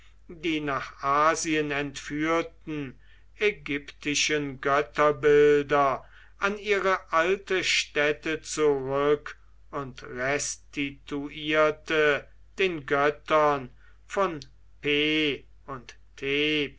die nach asien entführten ägyptischen götterbilder an ihre alte stätte zurück und restituierte den göttern von pe und tep